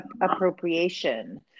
appropriation